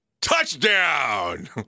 Touchdown